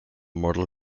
mortal